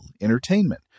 entertainment